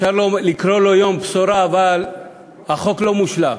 אפשר לקרוא לו יום בשורה, אבל החוק לא מושלם.